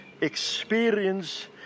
experience